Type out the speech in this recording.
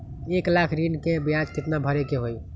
एक लाख ऋन के ब्याज केतना भरे के होई?